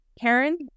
Karen